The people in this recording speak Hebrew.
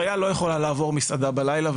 חיה לא יכולה לעבור מסעדה בלילה,